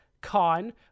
con